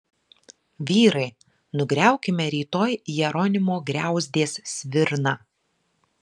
vyrai nugriaukime rytoj jeronimo griauzdės svirną